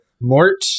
Mort